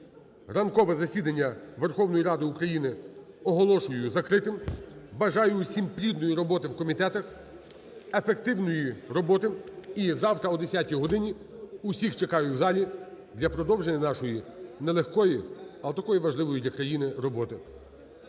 ранкове засідання Верховної Ради України оголошую закритим. Бажаю усім плідної роботи в комітетах, ефективної роботи. І завтра о 10 голині усіх чекаю в залі для продовження нашої не легкої, але такої важливої для країни роботи.